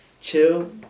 chill